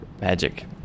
Magic